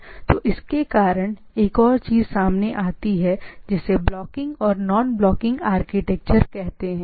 तो वहाँ से एक और प्रकार की चीजें सामने आती हैं जो की ब्लॉकिंग और नॉन ब्लॉकिंग आर्किटेक्चर हैं